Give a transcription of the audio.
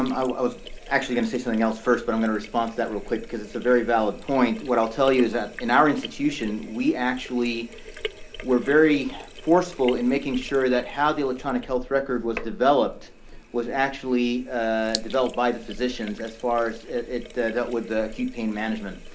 um i was actually going to say something else first. but i'm going to respond to that real quick because it's a very valid point. what i'll tell you is that, in our institution, we actually were very forceful in making sure that how the electronic health record was developed was actually ah developed by the physicians as far as it dealt with acute pain management.